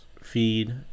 feed